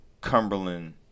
Cumberland